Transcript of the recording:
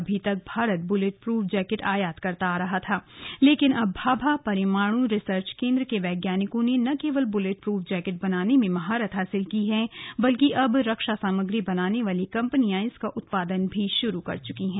अभी तक Bharat bullet proof jacket आयात करता रहा है लेकिन अब भाभा परमाणु रिसर्च केंद्र के वैज्ञानिकों ने बुलेट प्रफ जैकेट बनाने में महारत हासिल की और अब रक्षा सामग्री बनाने वाली कंपनियां इसका उत्पादन भी शुरू कर चुकी हैं